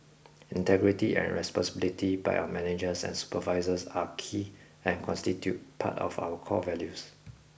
integrity and responsibility by our managers and supervisors are key and constitute part of our core values